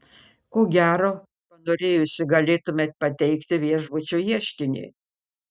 ko gero panorėjusi galėtumei pateikti viešbučiui ieškinį